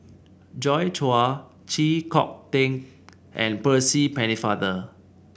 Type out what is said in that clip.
Joi Chua Chee Kong Tet and Percy Pennefather